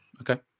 Okay